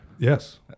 Yes